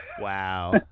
Wow